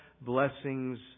blessings